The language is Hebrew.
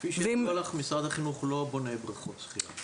כפי שידוע לך, משרד החינוך לא בונה בריכות שחייה.